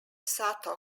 sato